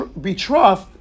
betrothed